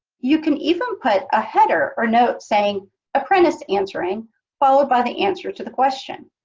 you can even put a header or note saying apprentice answering followed by the answer to the question.